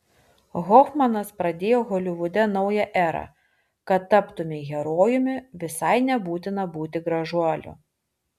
hofmanas pradėjo holivude naują erą kad taptumei herojumi visai nebūtina būti gražuoliu